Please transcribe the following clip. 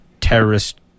terrorist